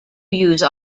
use